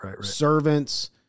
servants